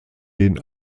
den